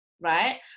right